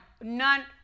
none